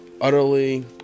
utterly